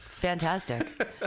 fantastic